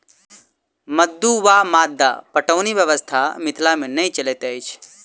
मद्दु वा मद्दा पटौनी व्यवस्था मिथिला मे नै चलैत अछि